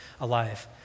alive